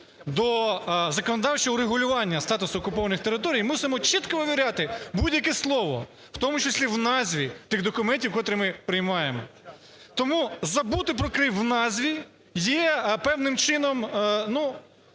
до законодавчого врегулювання статусу окупованих територій, мусимо чітко вивіряти будь-яке слово, у тому числі в назві тих документів, котрі ми приймаємо. Тому забути про Крим в назві є певним чином… ну,